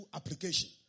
application